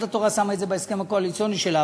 התורה שמה את זה בהסכם הקואליציוני שלה,